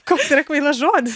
kas yra kvailas žodis